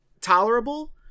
tolerable